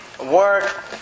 work